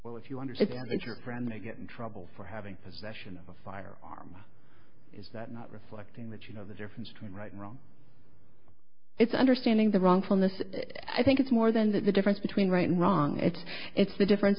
well if you understand that your friend may get in trouble for having possession of a firearm is that not reflecting that you know the difference between right and wrong it's understanding the wrongfulness i think it's more than that the difference between right and wrong it's it's the difference